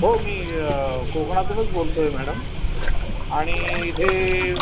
हो मी कोकणातूनच बोलतोय मॅडम आणि इथे